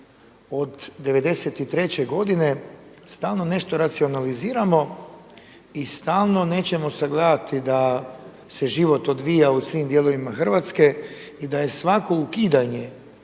od '93. godine stalno nešto racionaliziramo i stalno nećemo sagledati da se život odvija u svim dijelovima Hrvatske i da je svako ukidanje